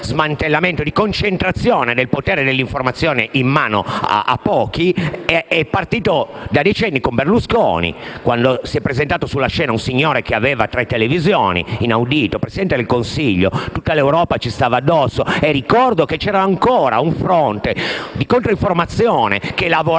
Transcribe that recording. smantellamento e concentrazione del potere dell'informazione in mano a pochi, è partito quando, con Berlusconi, si è presentato sulla scena un signore che aveva tre televisioni. Inaudito! Un Presidente del Consiglio. Tutta l'Europa che ci stava addosso. Ricordo che c'era ancora un fronte di controinformazione, o